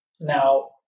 now